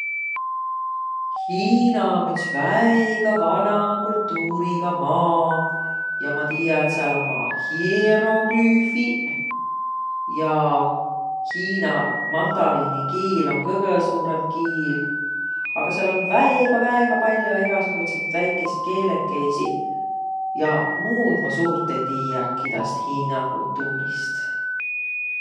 Hiina om üts väega vana kultuuriga maa. Ja ma tiiä, et sääl ommaq hieroglüüfiq. Ja hiina mandariini kiil om kõgõ suurõmb kiil, aga sääl om väega-väega pall'o egäsugutsit väikeisi keelekeisi. Ja muud ma suurt ei tiiäki taast hiina kultuurist.